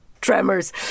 tremors